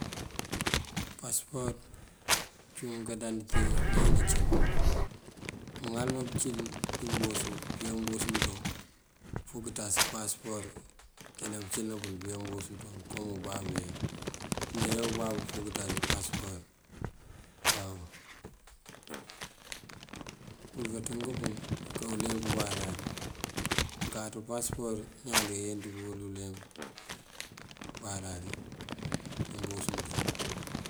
Pasëpor cíwun káandandite iñaan najín. Mëŋalëbá pëncël dí mbos pëyá mbos mënţoŋ fok kënţas pasëpor këyëlan pëncëlëna pël pëyá mbos mënţoŋ. Kom ubabú ink, meyiyá ubabú kok kënţas pasëpor waw. Pul kanţënk pun kënká uleemp wumbarari. Mënkáţ pasëpor ñaan dí kayenţ pëwël uleemp umbarari dí mbos mënţoŋ.